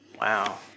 Wow